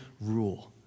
rule